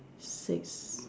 six